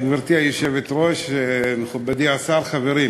גברתי היושבת-ראש, מכובדי השר, חברים,